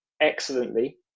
excellently